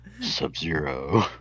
Sub-Zero